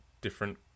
different